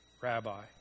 rabbi